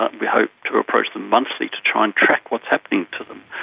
ah we hope to approach them monthly to try and track what is happening to them,